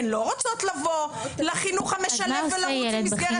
הן לא רוצות לבוא לחינוך המשלב ולרוץ ממסגרת